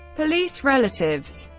police, relatives,